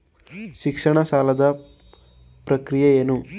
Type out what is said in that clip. ಶಿಕ್ಷಣ ಸಾಲದ ಪ್ರಕ್ರಿಯೆ ಏನು?